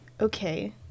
Okay